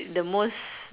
the most